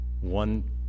one